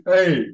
Hey